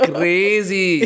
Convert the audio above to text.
Crazy